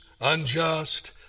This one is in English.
unjust